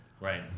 Right